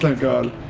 ah god.